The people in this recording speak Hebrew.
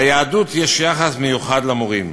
ליהדות יש יחס מיוחד למורים,